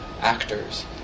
actors